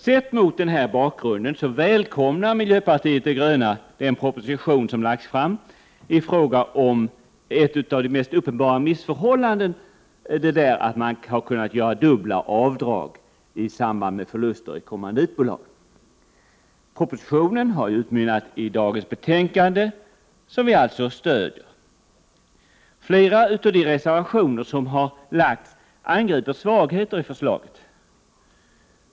Sett mot den bakgrunden välkomnar miljöpartiet de gröna den proposition som lagts fram i fråga om ett av de mest uppenbara missförhållandena, nämligen det att man kunnat göra dubbla avdrag i samband med förluster i kommanditbolag. Propositionen har utmynnat i dagens betänkande som vi alltså stöder. Flera av reservationerna angriper svagheter i förslaget.